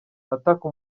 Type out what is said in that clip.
ataka